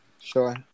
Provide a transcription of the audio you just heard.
Sure